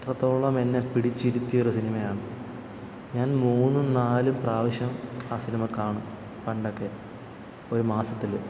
അത്രത്തോളം എന്നെ പിടിച്ചിരുത്തിയ ഒരു സിനിമയാണ് ഞാൻ മൂന്നും നാലും പ്രാവശ്യം ആ സിനിമ കാണും പണ്ടൊക്കെ ഒരു മാസത്തിൽ